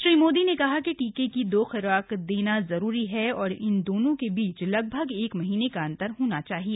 श्री मोदी ने कहा कि टीके की दो ख्राक देना जरूरी है और इन दोनों के बीच लगभग एक महीने का अंतर होना चाहिए